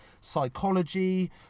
psychology